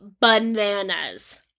bananas